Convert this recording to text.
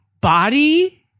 body